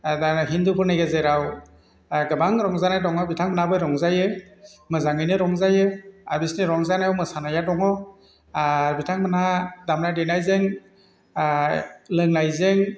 दाना हिन्दुफोरनि गेजेराव गोबां रंजानाय दङ बिथांमोनहाबो रंजायो मोजाङैनो रंजायो आर बिसिनि रंजानायाव मोसानाया दङ आर बिथांमोनहा दामनाय देनायजों लोंनायजों